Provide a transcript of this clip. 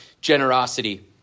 generosity